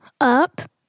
up